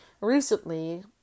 recently